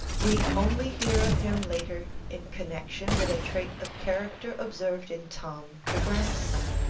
we only hear of him later in connexion with a trait of character observed in tom the grandson,